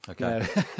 Okay